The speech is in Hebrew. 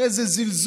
הרי זה זלזול,